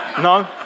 No